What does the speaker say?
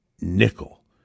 nickel